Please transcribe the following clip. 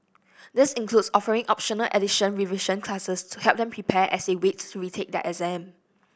this includes offering optional additional revision classes to help them prepare as they wait to retake their exam